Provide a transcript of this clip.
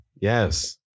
Yes